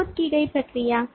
अनुरोध की गई प्रक्रिया